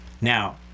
Now